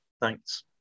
Thanks